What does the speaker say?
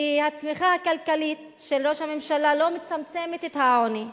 כי הצמיחה הכלכלית של ראש הממשלה לא מצמצמת את העוני.